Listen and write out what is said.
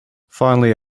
finally